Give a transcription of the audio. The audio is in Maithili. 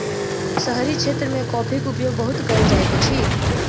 शहरी क्षेत्र मे कॉफ़ीक उपयोग बहुत कयल जाइत अछि